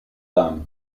dame